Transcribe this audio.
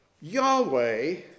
Yahweh